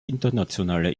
internationaler